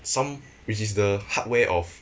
some which is the hardware of